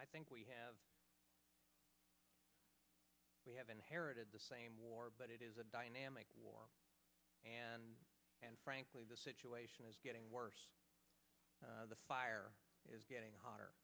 i think we have we have inherited the same war but it is a dynamic war and and frankly the situation is getting worse the fire is getting